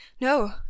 No